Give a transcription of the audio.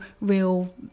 real